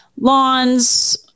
lawns